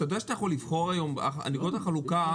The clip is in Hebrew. אדם יכול לבחור היום את נקודת החלוקה.